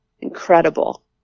incredible